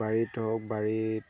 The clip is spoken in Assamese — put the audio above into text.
বাৰীত হওক বাৰীত